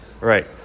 Right